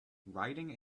riding